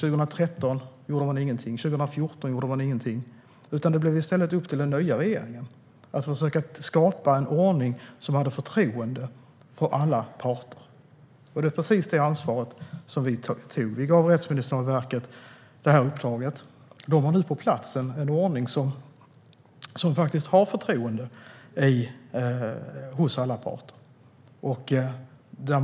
År 2013 gjorde man ingenting. År 2014 gjorde man ingenting. Det blev i stället upp till den nya regeringen att försöka skapa en ordning där det fanns förtroende hos alla parter. Det är precis det ansvaret som vi tog. Vi gav Rättsmedicinalverket uppdraget. Det finns nu på plats en ordning som åtnjuter förtroende hos alla parter.